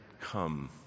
come